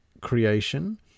creation